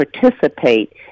participate